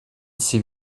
sie